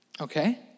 okay